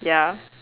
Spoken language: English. ya